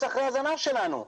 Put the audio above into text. לרוץ אחרי הזנב שלנו.